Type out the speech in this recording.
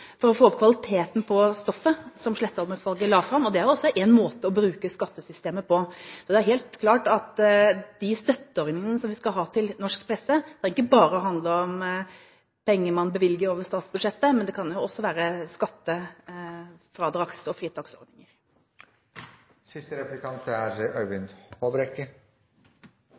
for å få opp kvaliteten på stoffet. Det er også en måte å bruke skattesystemet på. Så det er helt klart at de støtteordningene som vi skal ha når det gjelder norsk presse, ikke bare handler om penger man bevilger over statsbudsjettet, det kan jo også være skattefradrags- og fritaksordninger. Momsregelverket er